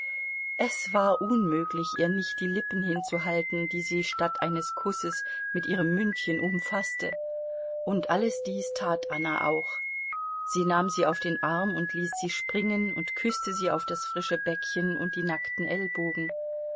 es war unmöglich ihr nicht die lippen hinzuhalten die sie statt eines kusses mit ihrem mündchen umfaßte und alles dies tat anna auch sie nahm sie auf den arm und ließ sie springen und küßte sie auf das frische bäckchen und die nackten ellbogen